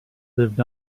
lived